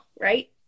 right